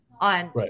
on